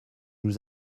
nous